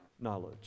knowledge